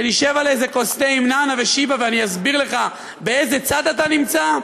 שנשב על איזה כוס תה עם נענע ושיבה ואני אסביר לך באיזה צד אתה נמצא?